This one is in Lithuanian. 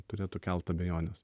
turėtų kelt abejones